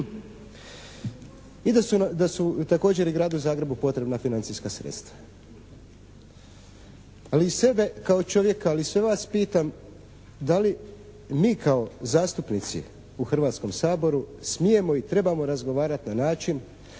I da su također i Gradu Zagrebu potrebna financijska sredstva. Ali i sebe kao čovjeka, ali sve vas pitam da li mi kao zastupnici u Hrvatskom saboru smijemo i trebamo razgovarati na način